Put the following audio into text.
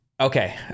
Okay